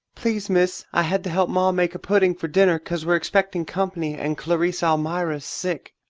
please, miss, i had to help ma make a pudding for dinner cause we're expecting company and clarice almira's sick,